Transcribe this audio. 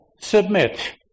submit